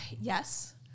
Yes